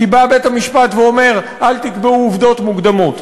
כי בא בית-המשפט ואומר: אל תקבעו עובדות מוקדמות.